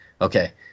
Okay